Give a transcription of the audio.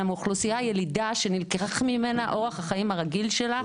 אלא אוכלוסייה ילידה שנלקח ממנה אורח החיים הרגיל שלה,